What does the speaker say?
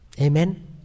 Amen